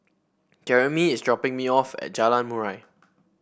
Jermey is dropping me off at Jalan Murai